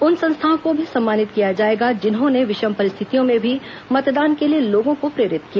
उन संस्थाओं को भी सम्मानित किया जाएगा जिन्होंने विषम परिस्थितियों में भी मतदान के लिए लोगों को प्रेरित किया